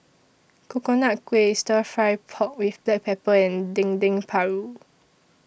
Coconut Kuih Stir Fry Pork with Black Pepper and Dendeng Paru